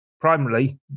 Primarily